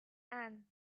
ann